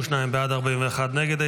32 בעד, 41 נגד.